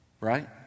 Right